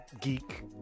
geek